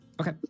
Okay